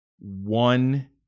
one